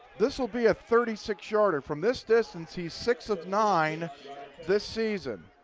this will be a thirty six yarder from this distance he's six of nine this season.